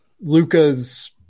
Luca's